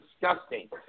disgusting